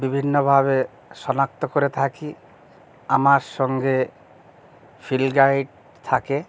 বিভিন্নভাবে শনাক্ত করে থাকি আমার সঙ্গে ফিল্ড গাইড থাকে